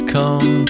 Come